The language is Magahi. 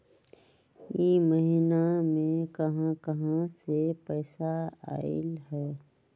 इह महिनमा मे कहा कहा से पैसा आईल ह?